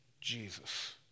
Jesus